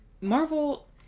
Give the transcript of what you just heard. Marvel